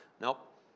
Nope